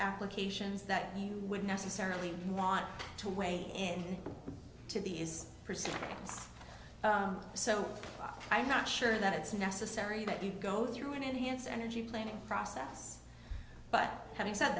applications that you would necessarily want to weigh in to the is present so i'm not sure that it's necessary that you go through an enhanced energy planning process but having said